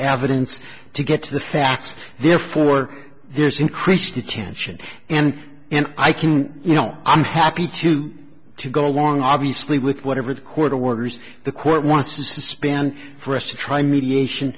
evidence to get to the facts therefore there's increased its pension and and i can you know i'm happy to to go along obviously with whatever the court orders the court wants to suspend for us to try mediation